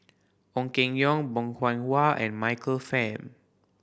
Ong Keng Yong Bong Hiong Hwa and Michael Fam